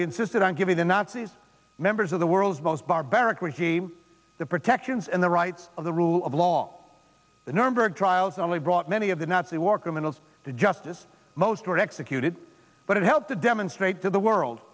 we insisted on giving the nazis members of the world's most barbaric regime the protections and the rights of the rule of law the nuremberg trials only brought many of the nazi war criminals to justice most were executed but it helped to demonstrate to the world